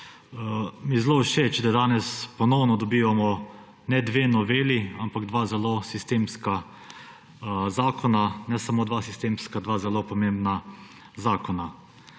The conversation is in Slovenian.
je zelo všeč, da danes ponovno dobivamo ne dve noveli, ampak dva zelo sistemska zakona, ne samo dva sistemska, dva zelo pomembna zakona.